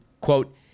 quote